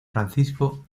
francisco